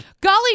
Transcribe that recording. Golly